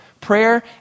Prayer